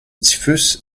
typhus